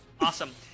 Awesome